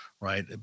Right